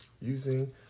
using